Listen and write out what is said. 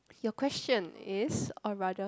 your question is or rather